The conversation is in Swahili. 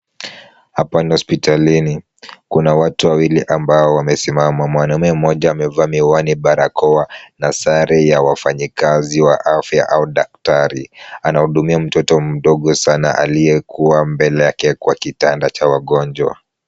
Hapa ni hospitalini kuna watu wawili ambao wamesimama. Mwanaume mmoja amevaa miwani, barakoa na sare ya wafanyikazi wa afya au daktari, Anahudumia mtoto mdogo sana aliyekuwa mbele yake kwa kitanda cha wagonjwa.